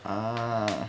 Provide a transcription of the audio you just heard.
ah